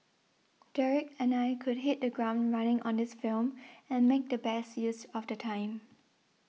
Derek and I could hit the ground running on this film and make the best use of the time